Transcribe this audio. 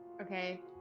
Okay